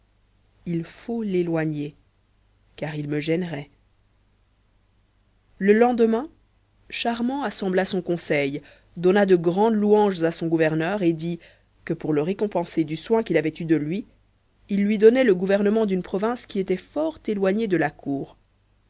il faut l'éloigner car il me gênerait le lendemain charmant assembla son conseil donna de grandes louanges à son gouverneur et dit que pour le récompenser du soin qu'il avait eu de lui il lui donnait le gouvernement d'une province qui était fort éloignée de la cour